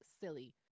silly